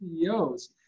CEOs